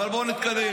אבל בואו נתקדם.